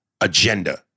agenda